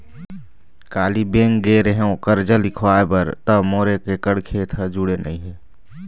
काली bank गे रेहेव करजा लिखवाय बर त मोर एक एकड़ खेत ह जुड़े नइ हे